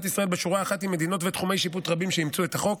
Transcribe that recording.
ישראל בשורה אחת עם מדינות ותחומי שיפוט רבים שאימצו את החוק,